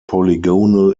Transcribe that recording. polygonal